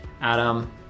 Adam